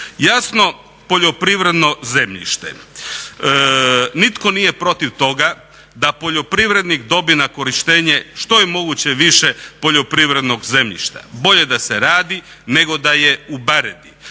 Jasno, poljoprivredno zemljište. Nitko nije protiv toga da poljoprivrednik dobije na korištenje što je moguće više poljoprivrednog zemljišta. Bolje da se radi nego da je u